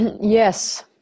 Yes